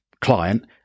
client